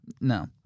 No